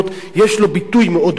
יש לו ביטוי מאוד מוגדר.